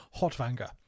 Hotvanger